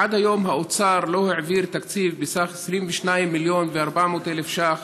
עד היום האוצר לא העביר תקציב בסך 22 מיליון ו-400,000 ש"ח